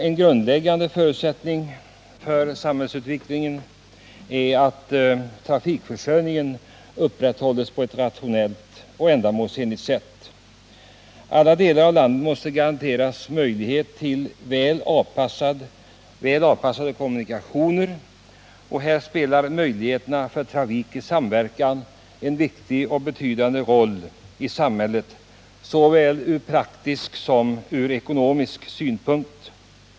En grundläggande förutsättning för samhällsutvecklingen är att trafikförsörjningen upprätthålls på ett rationellt och ändamålsenligt sätt. Alla delar av landet måste garanteras möjlighet till väl avpassade kommunikationer. Här spelar möjligheterna för trafik i samverkan en viktig och betydande roll i samhället, såväl från praktisk som från ekonomisk synpunkt.